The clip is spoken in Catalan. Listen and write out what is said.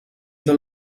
del